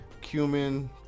Cumin